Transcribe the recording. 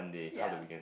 ya